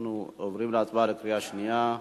אנחנו עוברים להצבעה לקריאה שנייה.